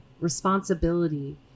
responsibility